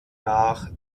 nach